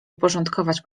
uporządkować